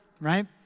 right